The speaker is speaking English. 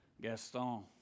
Gaston